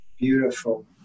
Beautiful